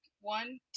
One